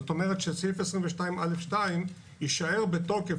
זאת אומרת שסעיף 22(א)(2) יישאר בתוקף